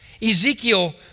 Ezekiel